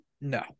No